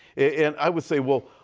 and i would say, well,